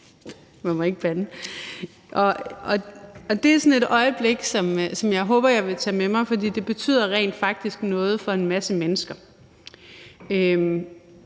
man må ikke bande. Det er sådan et øjeblik, som jeg håber jeg vil tage med mig, for det betyder rent faktisk noget for en masse mennesker.